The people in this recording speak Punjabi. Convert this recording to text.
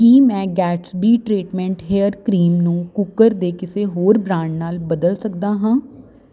ਕੀ ਮੈਂ ਗੈਟਸਬੀ ਟ੍ਰੇਟਮੈਂਟ ਹੇਅਰ ਕਰੀਮ ਨੂੰ ਕੂਕਰ ਦੇ ਕਿਸੇ ਹੋਰ ਬ੍ਰਾਂਡ ਨਾਲ ਬਦਲ ਸਕਦਾ ਹਾਂ